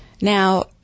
Now